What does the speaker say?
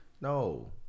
No